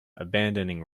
abandoning